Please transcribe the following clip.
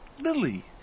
lily